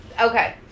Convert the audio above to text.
Okay